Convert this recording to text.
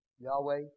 Yahweh